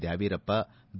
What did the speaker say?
Dyaveerappa B